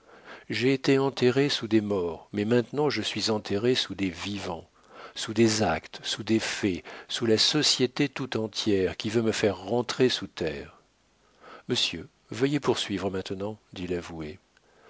j'ai été enterré sous des morts mais maintenant je suis enterré sous des vivants sous des actes sous des faits sous la société tout entière qui veut me faire rentrer sous terre monsieur veuillez poursuivre maintenant dit